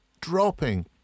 dropping